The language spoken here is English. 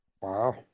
Wow